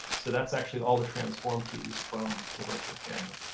so that's actually all the transform keys from the virtual camera.